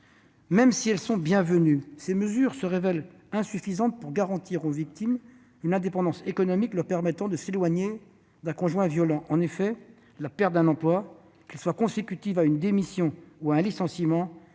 Même si elles sont bienvenues, ces mesures se révèlent insuffisantes pour garantir aux victimes une indépendance économique leur permettant de s'éloigner d'un conjoint violent. En effet, la perte d'un emploi, qu'elle soit consécutive à une démission ou à un licenciement,